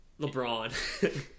LeBron